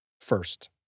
first